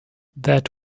that